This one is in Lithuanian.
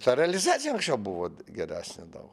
ta realizacija anksčiau buvo geresnė daug